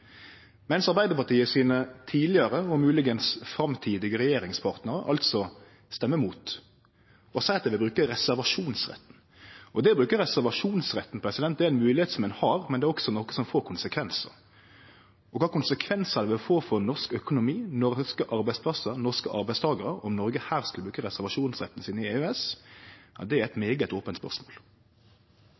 mens Arbeidarpartiets tidlegare og moglegvis framtidige regjeringspartnarar røystar imot, og seier at dei brukar reservasjonsretten? Det å bruke reservasjonsretten er ei moglegheit som ein har, men det er også noko som får konsekvensar. Kva konsekvensar det vil få for norsk økonomi, norske arbeidsplassar og norske arbeidstakarar om Noreg her skulle bruke reservasjonsretten sin i EØS, er eit svært ope spørsmål.